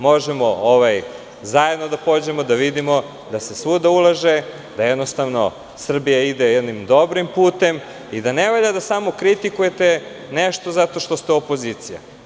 Možemo zajedno da pođemo da vidimo da se svuda ulaže, da jednostavno Srbija ide jednim dobrim putem i da ne valja da samo kritikujete nešto zato što ste opozicija.